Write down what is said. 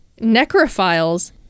necrophiles